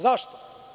Zašto?